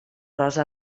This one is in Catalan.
rosa